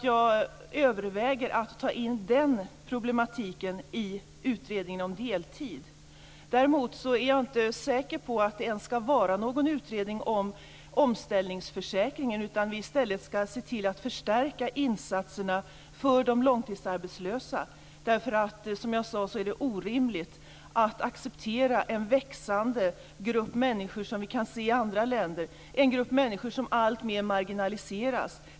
Jag överväger därför att ta in den problematiken i utredningen om deltid. Däremot är jag inte säker på att det ens skall vara någon utredning om omställningsförsäkringen. I stället skall vi kanske se till att förstärka insatserna för de långtidsarbetslösa. Som jag sade är det orimligt att acceptera en växande grupp människor som alltmer marginaliseras, något vi kan se i andra länder.